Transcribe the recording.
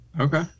Okay